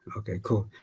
okay. cool.